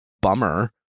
bummer